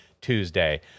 Tuesday